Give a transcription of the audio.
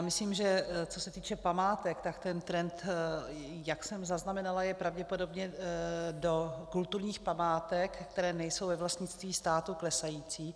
Myslím, že co se týče památek, tak ten trend, jak jsem zaznamenala, je pravděpodobně do kulturních památek, které nejsou ve vlastnictví státu, klesající.